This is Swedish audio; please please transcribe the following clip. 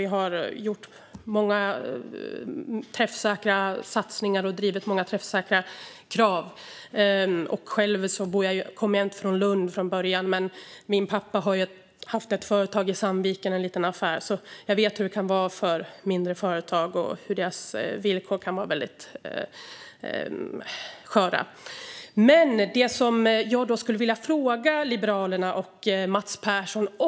Vi har gjort många träffsäkra satsningar och drivit många träffsäkra krav. Själv kommer jag inte från Lund från början, men min pappa har haft ett företag - en liten affär - i Sandviken. Jag vet alltså hur det kan vara för mindre företag och att deras villkor kan vara väldigt sköra. Jag har en fråga som jag skulle vilja ställa till Liberalerna och Mats Persson.